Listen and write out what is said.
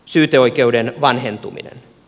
syyteoikeuden vanhentuminen